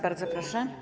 Bardzo proszę.